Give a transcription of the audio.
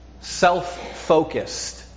self-focused